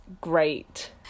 great